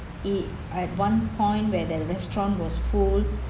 it at one point when the restaurant was full